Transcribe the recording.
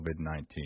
COVID-19